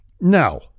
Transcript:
No